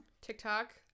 TikTok